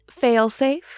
failsafe